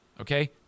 okay